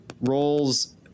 roles